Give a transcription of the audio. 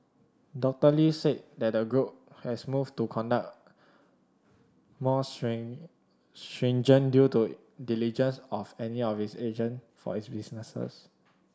Doctor Lee said that the group has moved to conduct more stringent due to diligence of any agent for its businesses